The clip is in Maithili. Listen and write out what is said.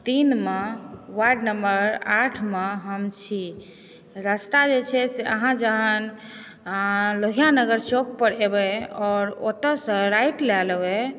तीनमे वार्ड नम्बर आठमे हम छी रास्ता जे छै से अहाँ जहन लोहिआ नगर चौक पर एबै आओर ओतऽ सँ राइट लए लेबै